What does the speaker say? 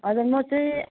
हजुर म चाहिँ